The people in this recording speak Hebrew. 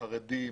חרדים,